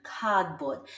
cardboard